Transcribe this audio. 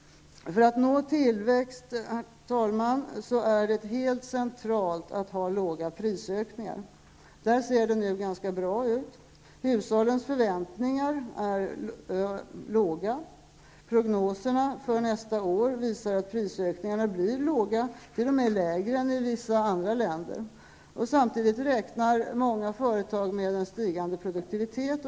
För att nå tillväxt är det centralt att ha låga prisökningar. Där ser det nu ganska bra ut. Hushållens förväntningar är låga. Prognoserna för nästa år visar att prisökningarna blir låga, t.o.m. lägre än i vissa andra länder. Samtidigt räknar många företag med en stigande produktivitet.